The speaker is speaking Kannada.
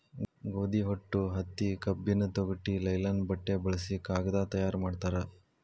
ಗೋದಿ ಹೊಟ್ಟು ಹತ್ತಿ ಕಬ್ಬಿನ ತೊಗಟಿ ಲೈಲನ್ ಬಟ್ಟೆ ಬಳಸಿ ಕಾಗದಾ ತಯಾರ ಮಾಡ್ತಾರ